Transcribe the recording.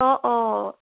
অঁ অঁ